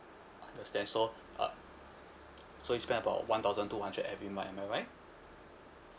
understand so uh so you spend about one thousand two hundred every month am I right